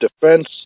Defense